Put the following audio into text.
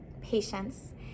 patience